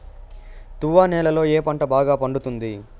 తువ్వ నేలలో ఏ పంట బాగా పండుతుంది?